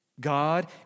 God